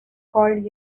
called